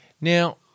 Now